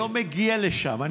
זה לא מגיע לשם.